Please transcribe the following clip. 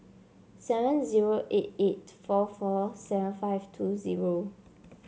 seven zero eight eight four four seven five two zero